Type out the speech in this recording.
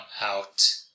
out